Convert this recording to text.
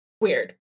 weird